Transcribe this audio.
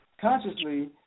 consciously